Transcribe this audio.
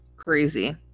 crazy